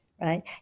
right